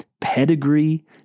pedigree